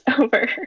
over